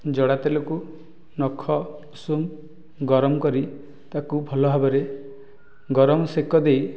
ଜଡ଼ା ତେଲକୁ ନଖ ଉଷୁମ ଗରମ କରି ତାକୁ ଭଲ ଭାବରେ ଗରମ ସେକ ଦେଇ